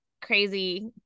crazy